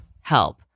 help